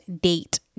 date